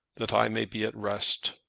that i may be at rest.